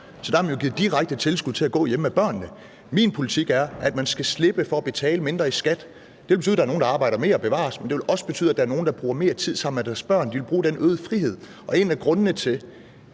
så der har man givet direkte tilskud til at gå hjemme med børnene. Min politik er, at man skal slippe ved at betale mindre i skat, og det betyder, at der er nogle, der arbejder mere – bevares – men det vil også betyde, at der er nogle, der bruger mere tid sammen med deres børn, og de vil bruge den øgede frihed. En af grundene til,